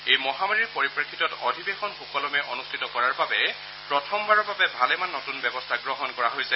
এই মহামাৰীৰ পৰিপ্ৰেক্ষিতত অধিৱেশন সুকলমে অনুষ্ঠিত কৰাৰ বাবে প্ৰথমবাৰৰ বাবে ভালেমান নতুন ব্যৱস্থা গ্ৰহণ কৰা হৈছে